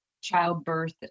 childbirth